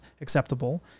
acceptable